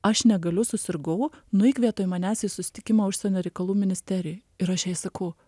aš negaliu susirgau nueik vietoj manęs į susitikimą užsienio reikalų ministerijoj ir aš jai sakau